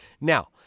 Now